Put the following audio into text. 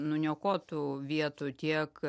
nuniokotų vietų tiek